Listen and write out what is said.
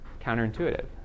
counterintuitive